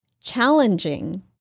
challenging